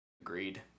Agreed